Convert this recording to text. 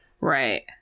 Right